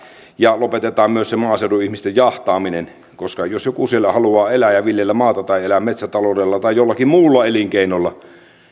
ja lopetetaan myös se maaseudun ihmisten jahtaaminen koska jos joku siellä haluaa elää ja viljellä maata tai elää metsätaloudella tai jollakin muulla elinkeinolla niin